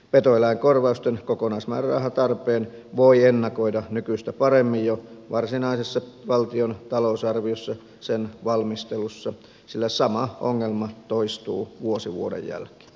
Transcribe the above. petoeläinkorvausten kokonaismäärärahatarpeen voi ennakoida nykyistä paremmin jo varsinaisessa valtion talousarviossa sen valmistelussa sillä sama ongelma toistuu vuosi vuoden jälkeen